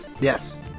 Yes